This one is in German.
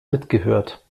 mitgehört